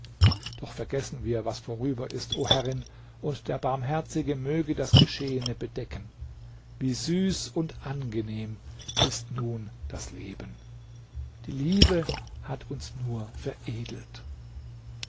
doch vergessen wir was vorüber ist o herrin und der barmherzige möge das geschehene bedecken wie süß und angenehm ist nun das leben die liebe hat uns nur veredelt